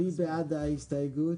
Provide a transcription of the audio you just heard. מי בעד ההסתייגות?